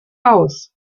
aus